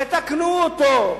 תתקנו אותו,